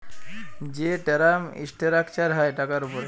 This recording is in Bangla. যে টেরাম ইসটেরাকচার হ্যয় টাকার উপরে